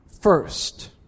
first